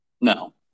No